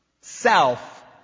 self